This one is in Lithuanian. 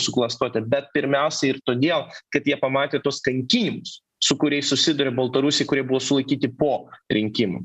suklastoti bet pirmiausia ir todėl kad jie pamatė tuos kankinimus su kuriais susiduria baltarusiai kurie buvo sulaikyti po rinkimų